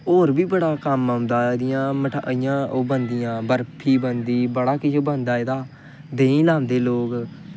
होर बी बड़ा कम्म औंदा एह्दियां मठैइयां ओह् बर्फी बनदी बड़ा किश बनदा एह्दा देहीं लांदे लोग